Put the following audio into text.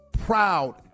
proud